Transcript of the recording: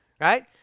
right